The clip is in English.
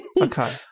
Okay